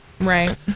right